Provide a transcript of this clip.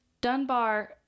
Dunbar